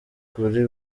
kuri